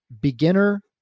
beginner